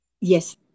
Yes